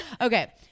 Okay